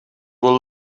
will